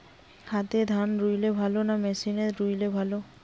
হাতে ধান রুইলে ভালো না মেশিনে রুইলে ভালো?